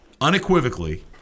unequivocally